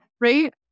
Right